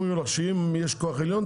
אומרים לך שאם יש כוח עליון,